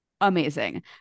amazing